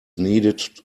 needed